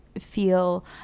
feel